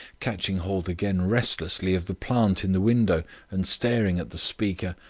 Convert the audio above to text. catching hold again restlessly of the plant in the window and staring at the speaker.